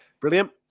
brilliant